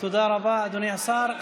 תודה רבה, אדוני השר.